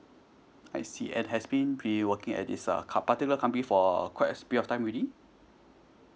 I see and has been be working at this uh particular company for quite a period of time already